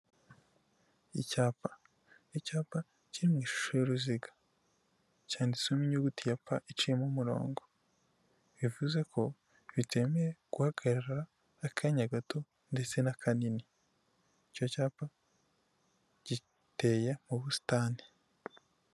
Icyapa, icyapa kiri mu ishusho y'uruziga, cyanditsemo inyuguti ya p iciyemo umurongo, bivuze ko bitemewe guhagarara akanya gato ndetse n'akanini, icyo cyapa giteye mu busitani.